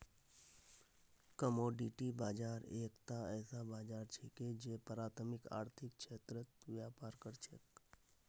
commodity बाजार एकता ऐसा बाजार छिके जे प्राथमिक आर्थिक क्षेत्रत व्यापार कर छेक